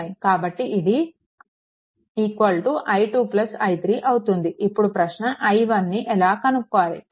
కాబట్టి ఇది i2 i3 అవుతుంది ఇప్పుడు ప్రశ్న i1 ను ఎలా కనుక్కోవాలి